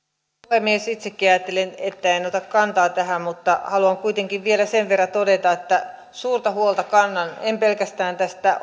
puhemies itsekin ajattelin että en ota kantaa tähän mutta haluan kuitenkin vielä sen verran todeta että suurta huolta kannan en pelkästään tästä